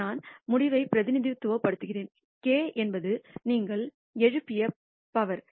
நான் முடிவை பிரதிநிதித்துவப்படுத்துகிறேன் k என்பது நீங்கள் எழுப்பிய power